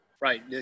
Right